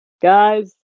guys